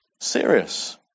Serious